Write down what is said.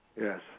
yes